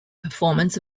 performance